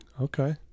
Okay